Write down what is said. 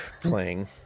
playing